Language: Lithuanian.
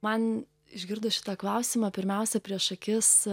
man išgirdus šitą klausimą pirmiausia prieš akis